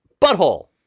butthole